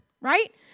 right